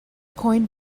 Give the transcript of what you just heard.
coined